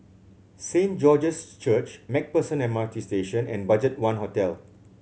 Saint George's Church Macpherson M R T Station and BudgetOne Hotel